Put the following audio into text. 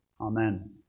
Amen